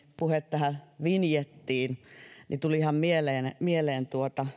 puhe meni tähän vinjettiin niin tuli ihan mieleen mieleen